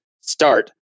start